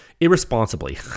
irresponsibly